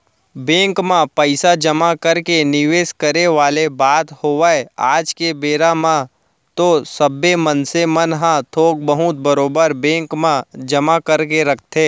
bank म पइसा जमा करके निवेस करे वाले बात होवय आज के बेरा म तो सबे मनसे मन ह थोक बहुत बरोबर बेंक म जमा करके रखथे